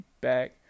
back